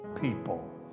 people